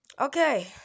okay